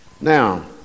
Now